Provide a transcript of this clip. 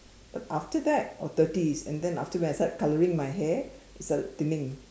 but after that or thirties and then I after I start colouring my hair it started thinning